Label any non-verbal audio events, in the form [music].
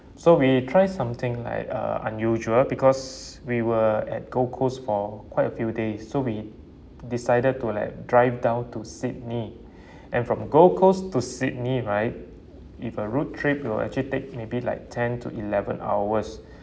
so we try something like uh unusual because we were at gold coast for quite a few days so we decided to like drive down to sydney [breath] and from gold coast to sydney right if a road trip you will actually take maybe like ten to eleven hours [breath]